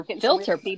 filter